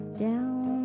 down